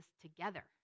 together